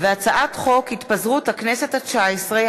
הצעת חוק התפזרות הכנסת התשע-עשרה,